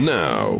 now